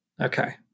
Okay